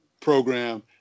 program